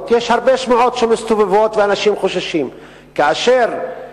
מסתובבות הרבה שמועות ואנשים חוששים.